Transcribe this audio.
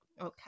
Okay